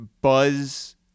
buzz